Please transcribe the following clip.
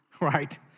right